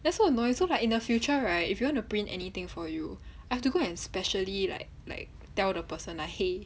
that's so annoying so like in the future right if you want to print anything for you I have to go and specially like like tell the person like !hey!